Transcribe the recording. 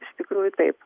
iš tikrųjų taip